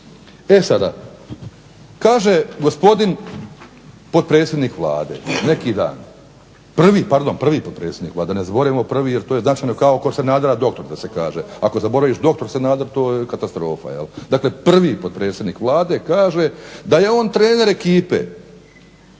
E sada, kaže gospodin potpredsjednik Vlade neki dan, pardon prvi potpredsjednik Vlade, ne zaboravimo prvi jer je to značajno kao kod Sanadera doktor da se kaže. Ako zaboraviš doktor Sanader to je katastrofa. Dakle, prvi potpredsjednik Vlade kaže da je on trener ekipe